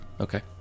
Okay